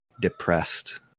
depressed